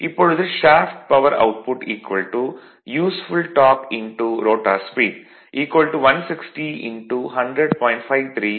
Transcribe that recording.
இப்பொழுது shaft power output useful torque rotor speed 160 100